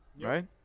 right